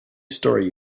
story